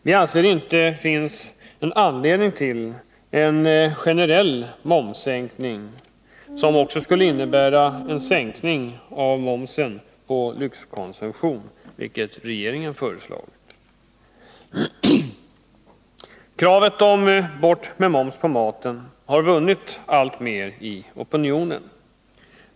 Vi anser det inte finnas anledning till en generell momssänkning, som regeringen föreslår, vilket också innebär en sänkning av momsen på lyxkonsumtion. Kravet ”bort med moms på maten” har vunnit allt mer i opinionen.